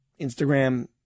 Instagram